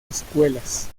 escuelas